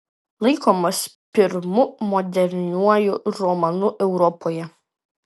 laikomas pirmu moderniuoju romanu europoje